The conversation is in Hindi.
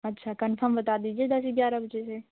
अच्छा कन्फर्म बता दीजिए दस ग्यारह बजे से